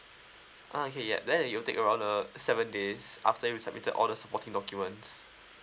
uh okay ya that it will take around uh seven days after you submitted all the supporting documents